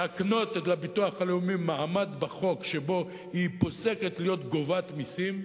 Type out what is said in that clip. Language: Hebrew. להקנות לביטוח הלאומי מעמד בחוק שבו הוא פוסק להיות גובה מסים,